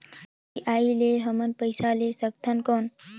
UPI ले हमन पइसा ले सकथन कौन?